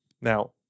Now